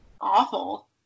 awful